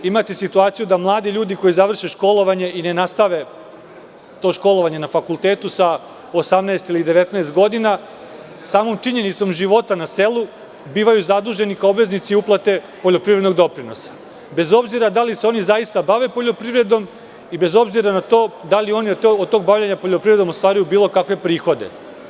Imate situaciju da mladi ljudi koji završe školovanje i ne nastave to školovanje na fakultetu sa 18 ili 19 godina, samom činjenicom života na selu bivaju zaduženi kao obveznici uplate poljoprivrednog doprinosa, bez obzira da li se oni zaista bave poljoprivredom i bez obzira na to da li oni od tog bavljenja poljoprivredom ostvaruju bilo kakve prihode.